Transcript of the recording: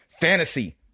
fantasy